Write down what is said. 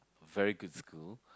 very good school